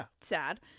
sad